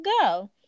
go